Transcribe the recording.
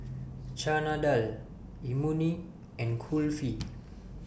Chana Dal Imoni and Kulfi